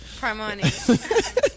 Primani